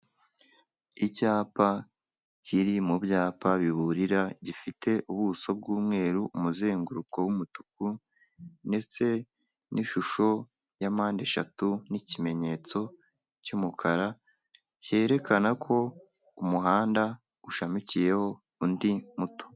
Icyapa kiri mu byapa biburira gifite ubuso bw'umweru, umuzenguruko w'umutuku, ndetse n'ishusho ya mpande eshatu n'ikimenyetso cy'umukara, cyerekana ko umuhanda ushamikiyeho undi muto.